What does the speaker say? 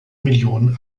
million